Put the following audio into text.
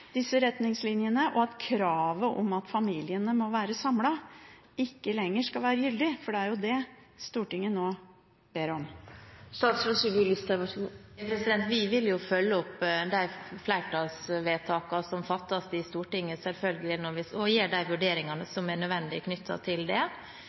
disse retningslinjene, at kravet om at familiene må være samlet ikke lenger skal være gyldig? Det er jo det Stortinget nå ber om. Vi vil følge opp de flertallsvedtakene som er fattet i Stortinget, og gjøre de vurderingene